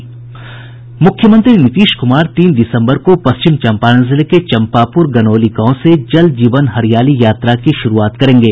मुख्यमंत्री नीतीश कुमार तीन दिसम्बर को पश्चिम चम्पारण जिले के चम्पापूर गनौली गांव से जल जीवन हरियाली यात्रा की शुरूआत करेंगे